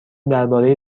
درباره